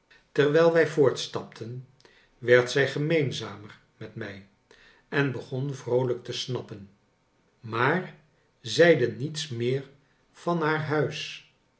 terwijl wij voortstapten werd zij gemeenzamer met mij en begon vroolijk te snappen maar zeide niets meer van haar huis